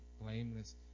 blameless